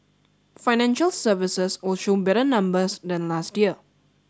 financial services will show better numbers than last year